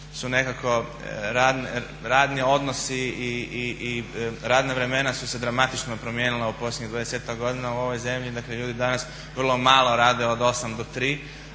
radni odnosi i radna vremena su se dramatično promijenila u posljednjih dvadesetak godina u ovoj zemlji. Dakle ljudi danas vrlo malo rade od 8 do 3,